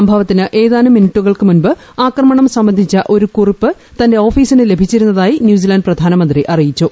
സംഭവത്തിന് ഏതാനും മിനിട്ടുകൾക്ക് മുമ്പ് ആക്രമണം സംബന്ധിച്ച് ഒരു കുറിപ്പ് തന്റെ ഓഫീസിന് ലഭിച്ചിരുന്നതായി ന്യൂസിലാന്റ് പ്രധാനമന്ത്രി അറിയിച്ചു